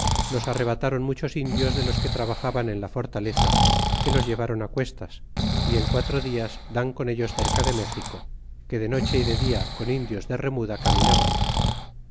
los arrebataron muchos indios de los que trabajaban en la fortaleza que los llevaron acuestas y en cuatro dias dan con ellos cerca de méxico que de noche y de dia con indios de remuda caminaban